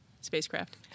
spacecraft